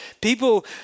people